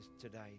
today